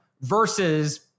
versus